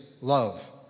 love